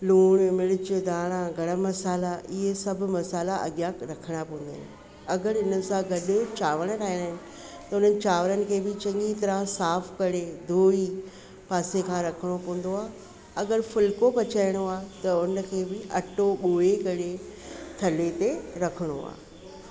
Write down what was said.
लूणु मिर्च धाणा गरम मसाल्हा इहे सभु मसाल्हा अॻियां रखणा पवंदा आहिनि अगरि हिन सां गॾु चांवर ठाहिणा आहिनि त हुननि चांवरनि खे बि चङी तरह सां साफ़ करे धोई करे पासे खां रखणो पवंदो आहे अगरि फुल्को पचाइणो आहे त हुन खे बि अटो ॻोए करे थले ते रखणो आहे